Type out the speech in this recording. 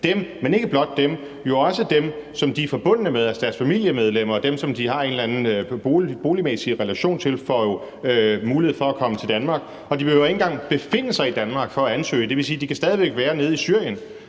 dem, men ikke blot dem, for det er jo også dem, som de er forbundne med, altså deres familiemedlemmer og dem, som de har en eller anden boligmæssig relation til, der får mulighed for at komme til Danmark. Og de behøver ikke engang at befinde sig i Danmark for at ansøge. Det vil sige, at de stadig væk kan være nede i Syrien.